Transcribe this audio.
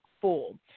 full